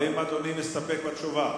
האם אדוני מסתפק בתשובה?